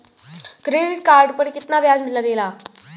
Credit card पर कितना ब्याज लगेला?